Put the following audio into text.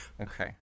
Okay